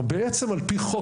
ולא הרבה יודעים זאת,